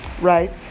right